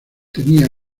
tenía